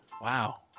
Wow